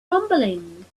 rumbling